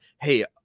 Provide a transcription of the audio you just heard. hey